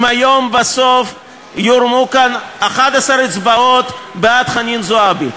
אם היום בסוף יורמו כאן 11 אצבעות בעד חנין זועבי?